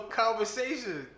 conversation